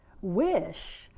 wish